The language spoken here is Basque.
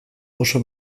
oso